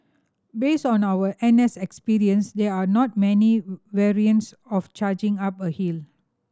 based on our N S experience there are not many variants of charging up a hill